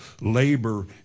labor